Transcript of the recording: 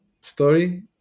story